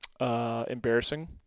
embarrassing